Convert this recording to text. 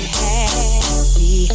happy